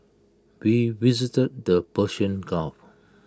we visited the Persian gulf